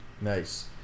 nice